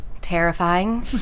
terrifying